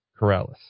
Corrales